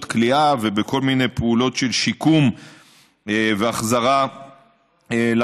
כליאה ובכל מיני פעולות של שיקום והחזרה למוטב.